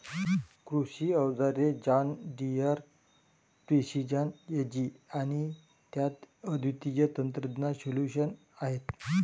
कृषी अवजारे John Deere precision Ag आणि त्यात अद्वितीय तंत्रज्ञान सोल्यूशन्स आहेत